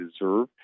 deserve